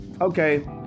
okay